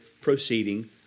proceeding